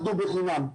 מפרסמים,